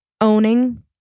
owning